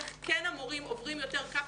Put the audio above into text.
איך כן המורים עוברים יותר קפסולות,